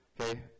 okay